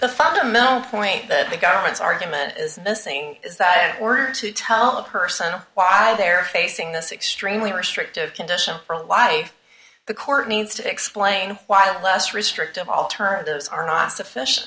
the fundamental point that the government's argument is missing is that we're to tell a person why they're facing this extremely restrictive condition for a lie the court needs to explain why less restrictive alternatives are not